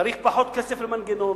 צריך פחות כסף למנגנון,